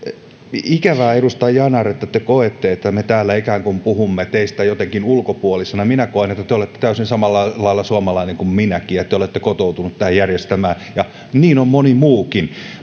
ikävää edustaja yanar että te koette että me täällä ikään kuin puhumme teistä jotenkin ulkopuolisena minä koen että te olette täysin samalla lailla suomalainen kuin minäkin ja te olette kotoutunut tähän järjestelmään ja niin on moni muukin